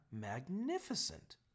magnificent